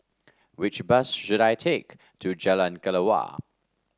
which bus should I take to Jalan Kelawar